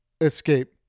escape